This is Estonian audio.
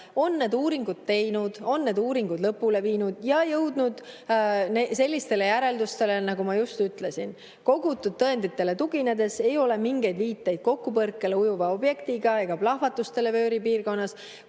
on need uuringud teinud, on need uuringud lõpule viinud ja jõudnud sellistele järeldustele, nagu ma just ütlesin. Kogutud tõenditele tuginedes ei ole mingeid viiteid kokkupõrkele ujuva objektiga ega plahvatustele vööri piirkonnas.